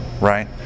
Right